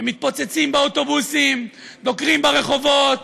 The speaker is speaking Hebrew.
הם מתפוצצים באוטובוסים, דוקרים ברחובות,